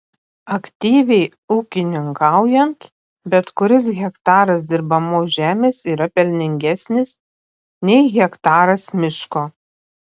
aktyviai ūkininkaujant bet kuris hektaras dirbamos žemės yra pelningesnis nei hektaras miško